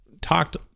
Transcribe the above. talked